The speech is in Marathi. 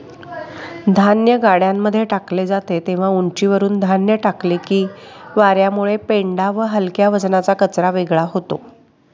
धान्य गाड्यांमध्ये टाकले जाते तेव्हा उंचीवरुन धान्य टाकले की वार्यामुळे पेंढा व हलक्या वजनाचा कचरा वेगळा होतो